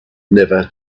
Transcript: never